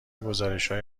گزارشهای